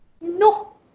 no